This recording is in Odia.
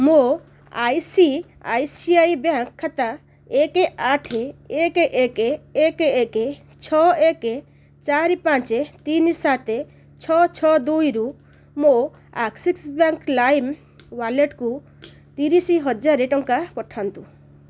ମୋ ଆଇସିଆଇସିଆଇ ବ୍ୟାଙ୍କ୍ ଖାତା ଏକ ଆଠ ଏକ ଏକ ଏକ ଏକ ଛଅ ଏକ ଚାରି ପାଞ୍ଚ ତିନି ସାତ ଛଅ ଛଅ ଦୁଇରୁ ମୋ ଆକ୍ସିସ୍ ବ୍ୟାଙ୍କ୍ ଲାଇମ୍ ୱାଲେଟକୁ ତିରିଶ ହଜାର ଟଙ୍କା ପଠାନ୍ତୁ